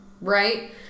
Right